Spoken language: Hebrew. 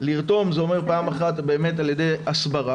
לרתום זה אומר פעם אחת באמת על ידי הסברה,